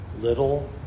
little